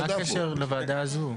מהו הקשר לוועדה הזו?